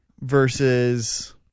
Versus